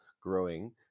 growing